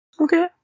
okay